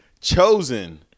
chosen